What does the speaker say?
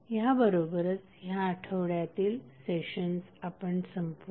ह्या बरोबरच ह्या आठवड्यातील सेशन्स आपण संपवूया